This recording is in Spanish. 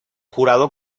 jurado